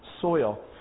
Soil